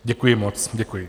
Děkuji moc, děkuji.